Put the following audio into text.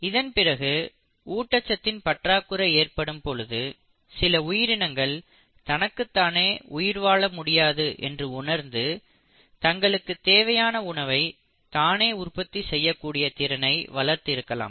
இதன்பிறகு ஊட்டச்சத்தின் பற்றாக்குறை ஏற்படும் பொழுது சில உயிரினங்கள் தனக்குத்தானே உயிர்வாழ முடியாது என்று உணர்ந்து தங்களுக்குத் தேவையான உணவை தானே உற்பத்தி செய்யக்கூடிய திறனை வளர்த்து இருக்கலாம்